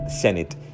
senate